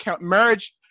marriage